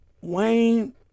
Wayne